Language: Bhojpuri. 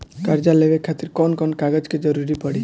कर्जा लेवे खातिर कौन कौन कागज के जरूरी पड़ी?